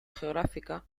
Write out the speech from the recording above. geográfica